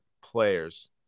players